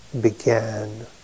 began